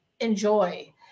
enjoy